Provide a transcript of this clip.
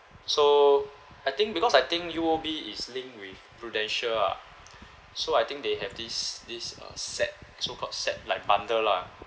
so I think because I think U_O_B is linked with prudential ah so I think they have this this uh set so called set like bundle lah